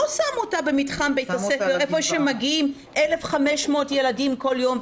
לא שמו אותה במתחם בית הספר איפה שמגיעים 1,500 ילדים כל יום,